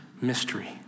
mystery